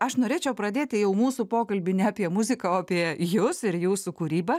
aš norėčiau pradėti jau mūsų pokalbį ne apie muziką o apie jus ir jūsų kūrybą